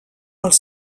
els